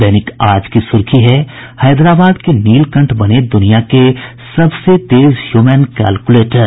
दैनिक आज की सुर्खी है हैदराबाद के नीलकंठ बने दुनिया के सबसे तेज ह्यूमन कैलकुलेटर